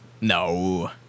No